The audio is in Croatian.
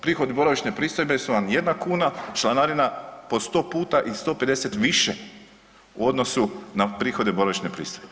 Prihodi boravišne pristojbe su vam 1 kuna, članarina po 100 puta i 150 više u odnosu na prihode boravišne pristojbe.